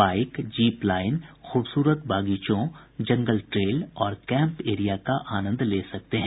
bike zip line खूबसूरत बगीचों जंगल ट्रेल और कैम्प एरिया का आनंद ले सकते हैं